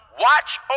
Watch